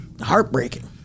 heartbreaking